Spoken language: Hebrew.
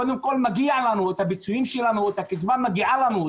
קודם כל מגיע לנו את הפיצויים שלנו או הקצבה המגיעה לנו,